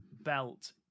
Belt